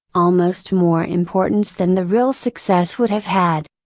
almost more importance than the real success would have had.